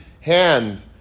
hand